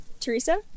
Teresa